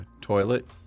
toilet